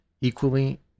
equally